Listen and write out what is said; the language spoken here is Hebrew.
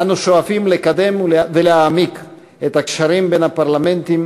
אנו שואפים לקדם ולהעמיק את הקשרים בין הפרלמנטים,